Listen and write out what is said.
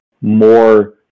more